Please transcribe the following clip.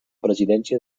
presidència